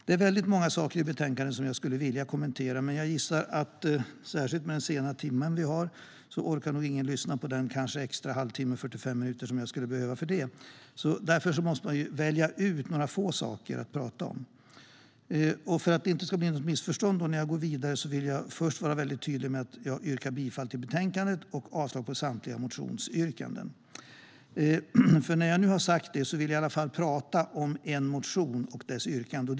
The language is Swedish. Det är många saker i betänkandet som jag skulle vilja kommentera. Men jag gissar att så här dags är det ingen som orkar lyssna på mig den extra halvtimme eller 45 minuter som jag skulle behöva för det. Därför har jag valt ut några få saker att tala om. För att det inte ska bli något missförstånd vill jag först vara tydlig med att jag yrkar bifall till utskottets förslag och avslag på samtliga motionsyrkanden. När jag nu har sagt det ska jag ändå tala om en del om en av motionerna.